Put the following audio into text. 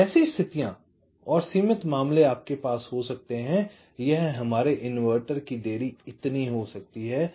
तो ऐसी स्थितियाँ और सीमित मामले आपके पास हो सकते हैं यह हमारे इन्वर्टर की देरी इतनी हो सकती है